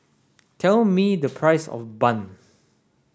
tell me the price of bun